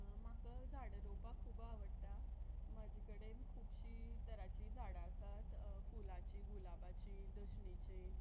म्हाका झाडां रोवपाक खूब आवडटा म्हजे कडेन खुबशीं तराची झाडां आसात फुलाची गुलाबाची दशणीची